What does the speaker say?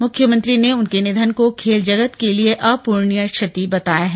मुख्यमंत्री ने उनके निधन को खेल जगत के लिये अपूरणीय क्षति बताया है